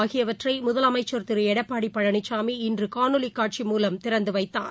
ஆகியவற்றைமுதலமைச்சர் திருஎடப்பாடிபழனிசாமி இன்றுகாணொலிகாட்சி மூலம் திறந்துவைத்தார்